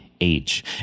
age